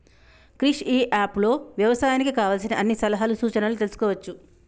క్రిష్ ఇ app లో వ్యవసాయానికి కావలసిన అన్ని సలహాలు సూచనలు తెల్సుకోవచ్చు